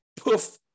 poof